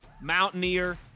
Mountaineer